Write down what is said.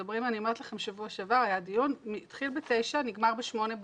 בשבוע שעבר היה דיון, התחיל ב-09:00 נגמר ב-20:00.